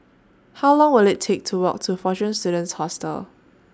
How Long Will IT Take to Walk to Fortune Students Hostel